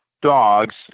dogs